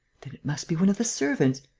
then it must be one of the servants?